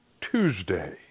Tuesday